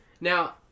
Now